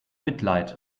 mitleid